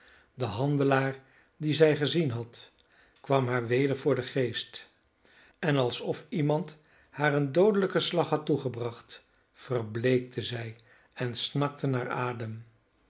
de handelaar dien zij gezien had kwam haar weder voor den geest en alsof iemand haar een doodelijken slag had toegebracht verbleekte zij en snakte naar adem